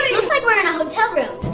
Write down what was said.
like we're in a hotel room.